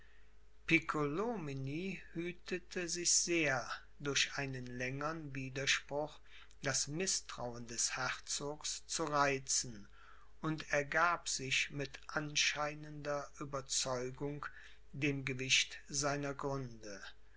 hütete sich sehr durch einen längern widerspruch das mißtrauen des herzogs zu reizen und ergab sich mit anscheinender ueberzeugung dem gewicht seiner gründe